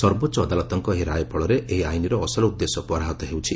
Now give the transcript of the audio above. ସର୍ବୋଚ୍ଚ ଅଦାଲତଙ୍କ ଏହି ରାୟ ଫଳରେ ଏହି ଆଇନର ଅସଲ ଉଦ୍ଦେଶ୍ୟ ପରାହତ ହେଉଛି